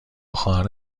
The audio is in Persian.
خواهر